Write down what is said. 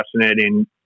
fascinating